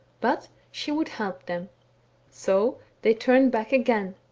but she would help them so they turned back again.